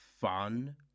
fun